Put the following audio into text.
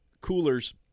coolers